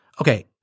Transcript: okay